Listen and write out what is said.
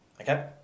Okay